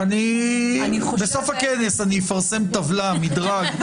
בסוף הכנס אני אפרסם טבלה, מדרג.